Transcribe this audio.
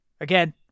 again